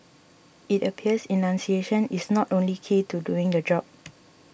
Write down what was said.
it appears enunciation is not only key to doing the job